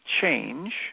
change